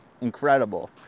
incredible